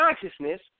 consciousness